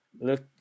look